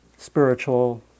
spiritual